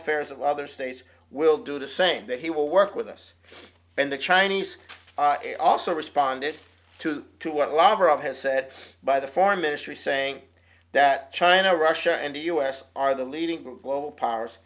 affairs of other states we'll do the same that he will work with us and the chinese also responded to to what lover of has said by the foreign ministry saying that china russia and the u s are the leading global powers